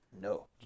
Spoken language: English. No